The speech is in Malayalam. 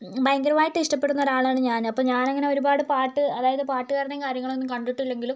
ഭയങ്കരമായിട്ട് ഇഷ്ടപ്പെടുന്ന ഒരാളാണ് ഞാൻ അപ്പം ഞാൻ അങ്ങനെ ഒരുപാട് പാട്ട് അതായത് പാട്ടുകാരനെയും കാര്യങ്ങൾ ഒന്നും കണ്ടിട്ടില്ലെങ്കിലും